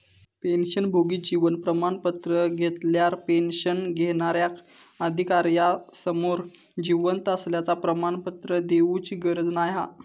पेंशनभोगी जीवन प्रमाण पत्र घेतल्यार पेंशन घेणार्याक अधिकार्यासमोर जिवंत असल्याचा प्रमाणपत्र देउची गरज नाय हा